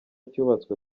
cyubatswe